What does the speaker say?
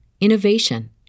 innovation